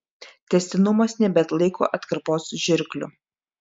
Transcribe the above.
tęstinumas nebeatlaiko atkarpos žirklių